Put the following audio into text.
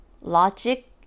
logic